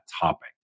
topic